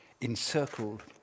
encircled